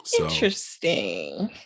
Interesting